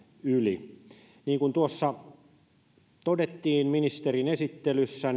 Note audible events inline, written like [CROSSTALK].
yli niin kuin tuossa ministerin esittelyssä [UNINTELLIGIBLE]